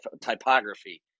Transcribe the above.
typography